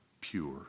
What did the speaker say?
pure